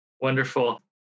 Wonderful